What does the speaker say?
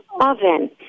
oven